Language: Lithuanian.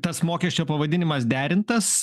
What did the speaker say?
tas mokesčio pavadinimas derintas